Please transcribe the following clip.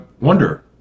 wonder